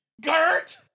Gert